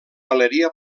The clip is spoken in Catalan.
galeria